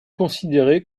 considérée